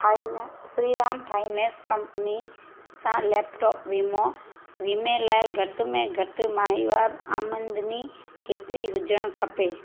finance Shriram finance company सां laptop वीमो वीमे लाइ घटि में घटि माहिवार आमदनी केतिरी हुजणु खपे